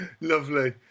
Lovely